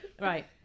right